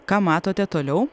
ką matote toliau